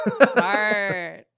Smart